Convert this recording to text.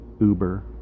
Uber